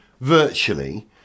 virtually